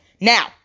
Now